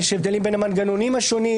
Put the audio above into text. יש הבדלים בין המנגנונים השונים,